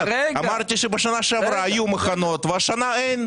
אמרתי שבשנה שעברה היו מחנות ושהשנה אין,